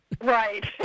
Right